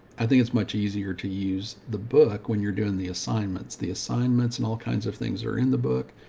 i think it's much easier to use the book when you're doing the assignments, the assignments, and all kinds of things are in the book.